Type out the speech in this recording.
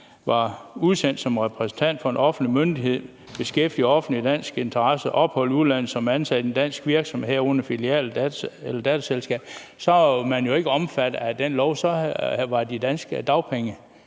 var udsendt som repræsentant for en offentlig myndighed, beskæftiget af offentlig dansk interesse eller har opholdt sig i udlandet som ansat i en dansk virksomhed – i en filial eller et datterselskab – er man ikke omfattet af den lov; så er det den danske